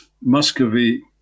Muscovy